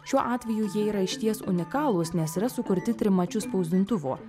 šiuo atveju jie yra išties unikalūs nes yra sukurti trimačiu spausdintuvu